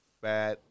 fat